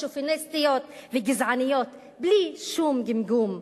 שוביניסטיות וגזעניות בלי שום גמגום.